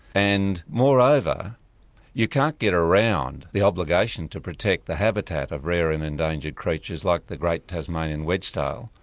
and moreover you can't get around the obligation to protect the habitat of rare and endangered creatures like the great tasmanian wedge-tail,